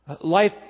Life